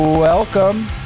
Welcome